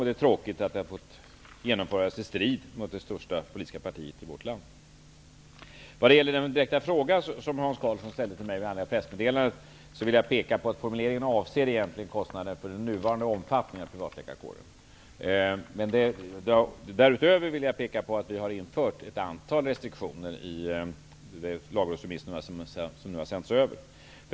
Det är tråkigt att det har fått genomföras i strid med det största politiska partiet i vårt land. Hans Karlsson ställde en direkt fråga till mig med anledning av mitt pressmeddelande. Jag vill peka på att formuleringen egentligen avser kostnaden för den nuvarande omfattningen av privatläkarkåren. Därutöver har vi infört ett antal restriktioner i den lagrådsremiss som nu har sänts över.